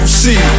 see